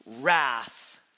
wrath